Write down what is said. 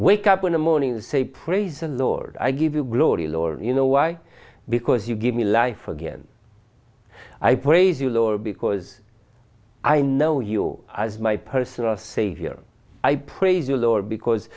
wake up in the morning and say praise a lord i give you glory lord you know why because you give me life again i praise you lower because i know you as my personal savior i praise the lord because